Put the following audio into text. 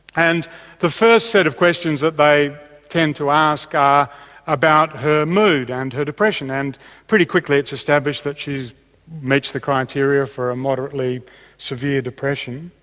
and the first set of questions that they tend to ask are ah about her mood and her depression and pretty quickly it's established that she meets the criteria for a moderately severe depression.